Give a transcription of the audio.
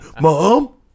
mom